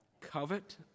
Covet